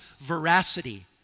veracity